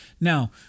Now